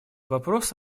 вопрос